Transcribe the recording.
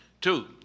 Two